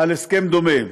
על הסכם דומה.